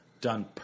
done